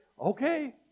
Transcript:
Okay